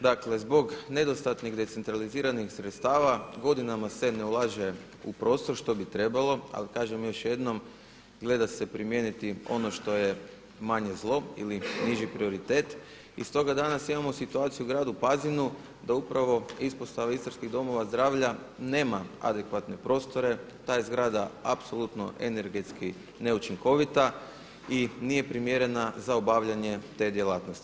Dakle, zbog nedostatnih decentralizirani sredstva godinama se ne ulaže u prostor što bi trebalo ali kažem još jednom gleda se primijeniti ono što je manje zlo ili niži prioritet i stoga danas imamo situaciju u Gradu Pazinu da upravo ispostava istarskih domova zdravlja nema adekvatne prostore, ta je zgrada apsolutno energetski neučinkovita i nije primjerna za obavljanje te djelatnosti.